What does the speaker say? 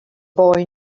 boy